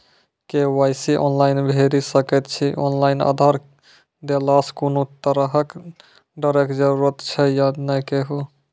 KYC online भैरि सकैत छी, ऑनलाइन आधार देलासॅ कुनू तरहक डरैक जरूरत छै या नै कहू?